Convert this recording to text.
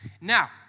Now